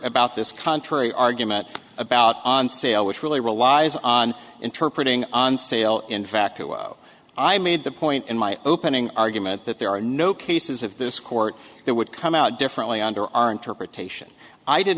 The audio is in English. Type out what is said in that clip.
about this contrary argument about on sale which really relies on interpret ing on sale in fact i made the point in my opening argument that there are no cases of this court that would come out differently under our interpretation i did